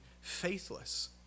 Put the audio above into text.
faithless